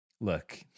Look